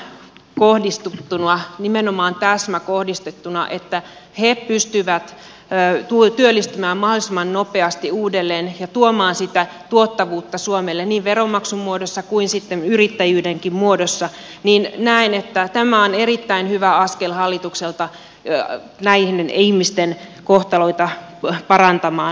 tähän kohdistettuna nimenomaan täsmäkohdistettuna että he pystyvät työllistymään mahdollisimman nopeasti uudelleen ja tuomaan sitä tuottavuutta suomelle niin veronmaksun muodossa kuin sitten yrittäjyydenkin muodossa näen että tämä on erittäin hyvä askel hallitukselta näiden ihmisten kohtaloita parantamaan